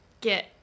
get